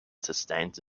sustains